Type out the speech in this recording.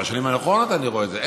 בשנים האחרונות אני רואה את זה.